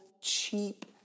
cheap